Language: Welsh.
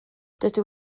dydw